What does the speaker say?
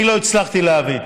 אני לא הצלחתי להביא.